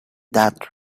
that